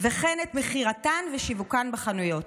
וכן את מכירתן ושיווקן בחנויות.